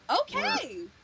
Okay